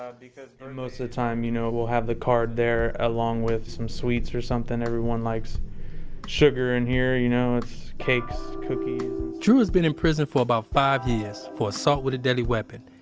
ah because birthdaysand most of the time, you know, we'll have the card there along with some sweets or something. everyone likes sugar in here. you know, it's cakes, cookiesearlonne drew has been in prison for about five years for assault with a deadly weapon.